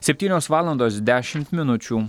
septynios valandos dešimt minučių